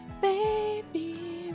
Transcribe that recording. baby